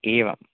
एवम्